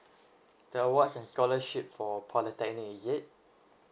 the awards and scholarship for polytechnic is it